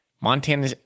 Montana